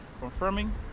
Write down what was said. confirming